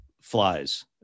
flies